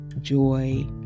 joy